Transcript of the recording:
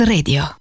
Radio